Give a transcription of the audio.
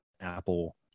Apple